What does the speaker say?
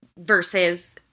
versus